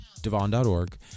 Devon.org